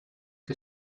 que